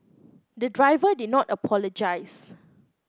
the driver did not apologise